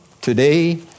Today